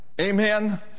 amen